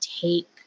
take